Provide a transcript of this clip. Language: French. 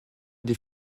des